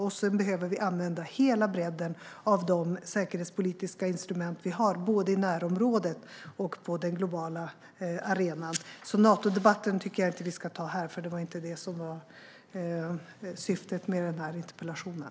Vi behöver använda hela bredden av de säkerhetspolitiska instrument vi har, både i närområdet och på den globala arenan. Men jag tycker inte att vi ska ta Natodebatten här, för det var inte syftet med interpellationen.